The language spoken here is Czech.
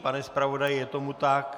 Pane zpravodaji, je tomu tak?